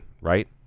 right